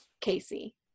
Casey